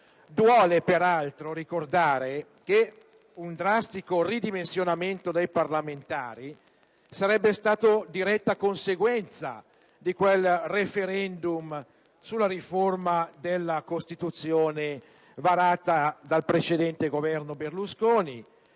Duole peraltro ricordare che un drastico ridimensionamento dei parlamentari sarebbe stato diretta conseguenza di quella riforma della Costituzione varata dal precedente Governo Berlusconi